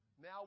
now